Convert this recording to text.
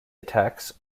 attacks